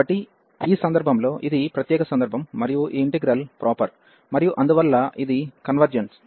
కాబట్టి ఈ సందర్భంలో ఇది ప్రత్యేక సందర్భం మరియు ఈ ఇంటిగ్రల్ ప్రాపర్ మరియు అందువల్ల ఇది కన్వెర్జెన్స్